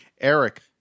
Eric